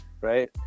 right